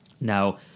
Now